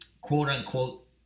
quote-unquote